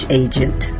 agent